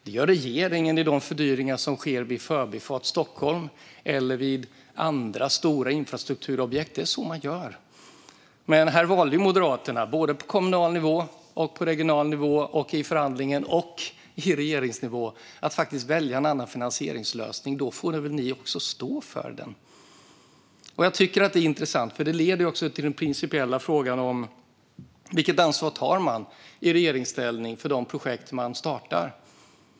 Det gör regeringen för de fördyringar som sker vid Förbifart Stockholm och vid andra stora infrastrukturobjekt. Det är så man gör. Men här valde Moderaterna på både kommunal nivå, regional nivå, i förhandlingen och på regeringsnivå en annan finansieringslösning. Då får ni väl också stå för den. Jag tycker att det här är intressant, för det leder också till den principiella frågan om vilket ansvar man tar i regeringsställning för de projekt som man startar.